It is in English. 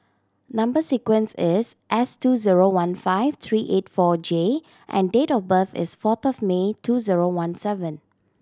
number sequence is S two zero one five three eight four J and date of birth is fourth of May two zero one seven